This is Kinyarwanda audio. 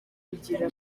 kugira